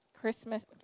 Christmas